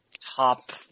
Top